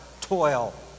toil